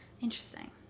Interesting